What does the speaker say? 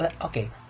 okay